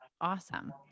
awesome